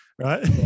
right